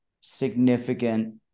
significant